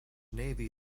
navy